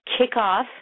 kickoff